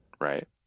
Right